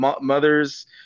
Mothers